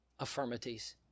affirmities